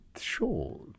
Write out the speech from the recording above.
sure